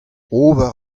ober